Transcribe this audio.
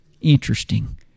Interesting